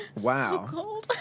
Wow